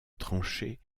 tranchée